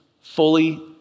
fully